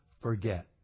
forget